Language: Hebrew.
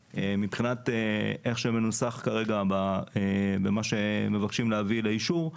איך שמנוסח כרגע במה שמבקשים להביא לאישור,